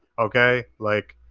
okay? like,